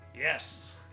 Yes